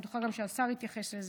ואני בטוחה גם שהשר יתייחס לזה,